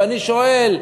ואני שואל: